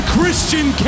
Christian